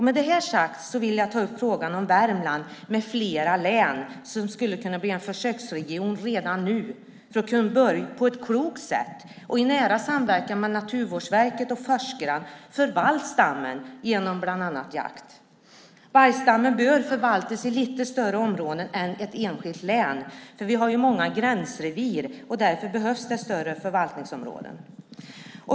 Med detta sagt vill jag ta upp frågan om Värmland med flera län som skulle kunna bli en försöksregion redan nu för att på ett klokt sätt och i nära samverkan med Naturvårdsverket och forskarna börja förvalta stammen genom bland annat jakt. Vargstammen bör förvaltas i lite större områden än i ett enskilt län, för vi har många gränsrevir. Därför behövs större förvaltningsområden.